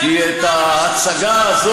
זו רק דוגמה למה כי את ההצגה הזאת,